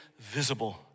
visible